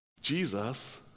Jesus